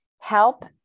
help